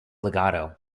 legato